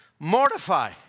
Mortify